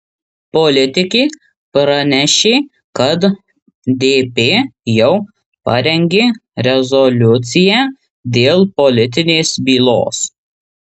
politikė pranešė kad dp jau parengė rezoliuciją dėl politinės bylos